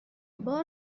بار